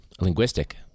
linguistic